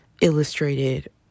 illustrated